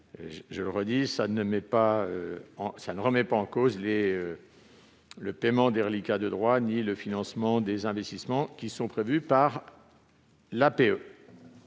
Cette baisse ne remet pas en cause le paiement des reliquats de droits ni le financement des investissements prévus par l'Agence